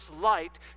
light